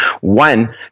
one